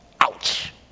Ouch